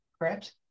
correct